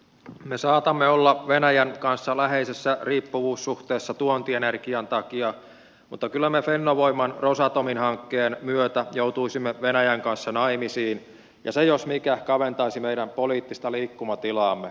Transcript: me saatamme olla venäjän kanssa läheisessä riippuvuussuhteessa tuontienergian takia mutta kyllä me fennovoiman rosatomin hankkeen myötä joutuisimme venäjän kanssa naimisiin ja se jos mikä kaventaisi meidän poliittista liikkumatilaamme